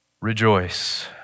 Rejoice